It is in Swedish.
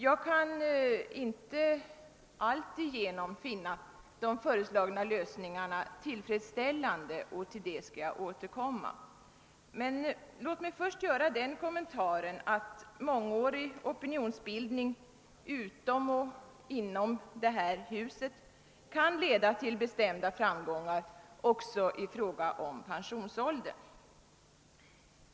Jag kan inte finna de föreslagna lösningarna alltigenom tillfredsställande. Till detta skall jag återkomma. Men låt mig först göra den kommentaren, att mångårig opinionsbildning inom och utom detta hus kan leda till bestämda framgångar också i fråga om pensionsåldern.